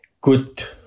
good